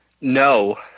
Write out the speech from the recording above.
No